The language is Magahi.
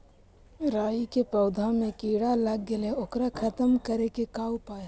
राई के पौधा में किड़ा लग गेले हे ओकर खत्म करे के का उपाय है?